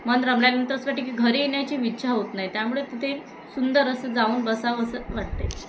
मन रमल्यानंतर असं वाटतं की घरी येण्याची इच्छा होत नाही त्यामुळे तिथे सुंदर असं जाऊन बसावसं वाटते